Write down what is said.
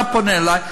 אתה פונה אלי,